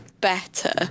better